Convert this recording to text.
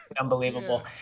unbelievable